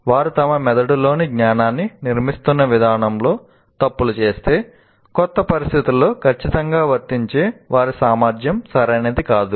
వారు తమ మెదడులోని జ్ఞానాన్ని నిర్మిస్తున్న విధానంలో తప్పులు చేస్తే కొత్త పరిస్థితిలో ఖచ్చితంగా వర్తించే వారి సామర్థ్యం సరైనది కాదు